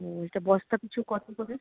ও এটা বস্তা পিছু কতো করে